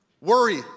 Worry